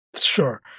Sure